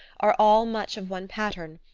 are all much of one pattern,